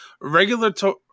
regulatory